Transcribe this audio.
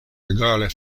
egale